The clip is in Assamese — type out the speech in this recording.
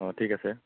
অ' ঠিক আছে